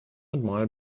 admired